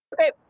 Okay